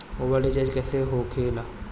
Mobile recharge कैसे होखे ला?